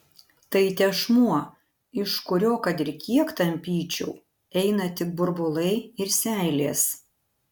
tai tešmuo iš kurio kad ir kiek tampyčiau eina tik burbulai ir seilės